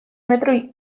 metro